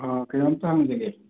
ꯀꯩꯅꯣꯝꯇ ꯍꯪꯖꯒꯦ